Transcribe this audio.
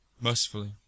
Mercifully